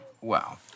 Wow